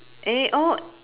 any oh